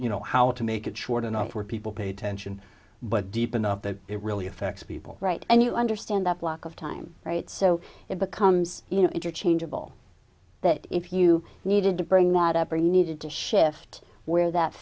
you know how to make it short enough where people pay attention but deep enough that it really affects people right and you understand that block of time right so it becomes you know interchangeable but if you needed to bring whatever you needed to shift where that